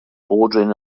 bordering